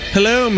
Hello